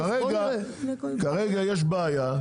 כרגע יש בעיה.